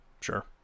Sure